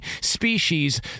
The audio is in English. species